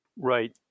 Right